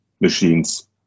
machines